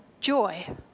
joy